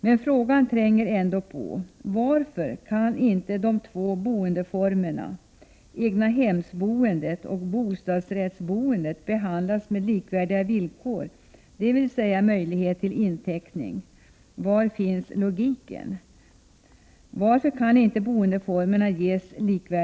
Men frågan tränger ändå på: Varför kan inte de två boendeformerna egnahemsboende och bostadsrättsboende ges likvärdiga villkor, dvs. möjlighet till inteckning? Var finns logiken?